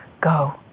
go